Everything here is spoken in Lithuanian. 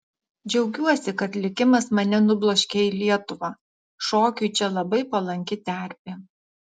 džiaugiuosi kad likimas mane nubloškė į lietuvą šokiui čia labai palanki terpė